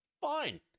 Fine